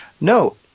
No